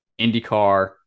indycar